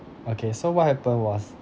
okay so what happened was